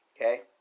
Okay